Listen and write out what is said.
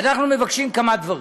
אנחנו מבקשים כמה דברים,